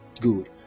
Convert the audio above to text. Good